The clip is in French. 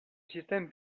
système